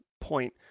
point